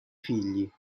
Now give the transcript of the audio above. figli